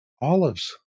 olives